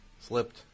Slipped